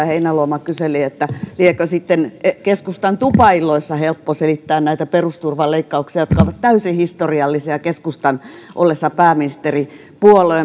heinäluoma kyseli että liekö sitten keskustan tupailloissa helppo selittää näitä perusturvan leikkauksia jotka ovat täysin historiallisia keskustan ollessa pääministeripuolue